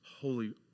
holy